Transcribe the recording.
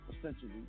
essentially